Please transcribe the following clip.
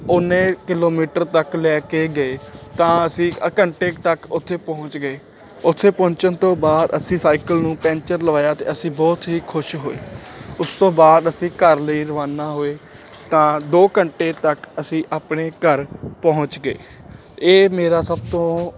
ਉਨੇ ਕਿਲੋਮੀਟਰ ਤੱਕ ਲੈ ਕੇ ਗਏ ਤਾਂ ਅਸੀਂ ਘੰਟੇ ਕੁ ਤੱਕ ਉੱਥੇ ਪਹੁੰਚ ਗਏ ਉੱਥੇ ਪਹੁੰਚਣ ਤੋਂ ਬਾਅਦ ਅਸੀਂ ਸਾਈਕਲ ਨੂੰ ਪੈਂਚਰ ਲਵਾਇਆ ਅਤੇ ਅਸੀਂ ਬਹੁਤ ਹੀ ਖੁਸ਼ ਹੋਏ ਉਸ ਤੋਂ ਬਾਅਦ ਅਸੀਂ ਘਰ ਲਈ ਰਵਾਨਾ ਹੋਏ ਤਾਂ ਦੋ ਘੰਟੇ ਤੱਕ ਅਸੀਂ ਆਪਣੇ ਘਰ ਪਹੁੰਚ ਗਏ ਇਹ ਮੇਰਾ ਸਭ ਤੋਂ